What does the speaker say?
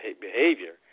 behavior